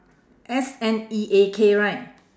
S N E A K right